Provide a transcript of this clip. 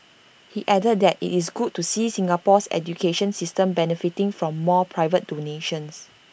he added that IT is good to see Singapore's education system benefiting from more private donations